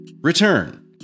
return